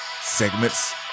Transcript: segments